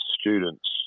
Students